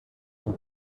und